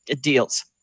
deals